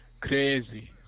Crazy